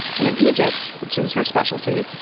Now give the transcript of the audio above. and in egypt, which is her specialty,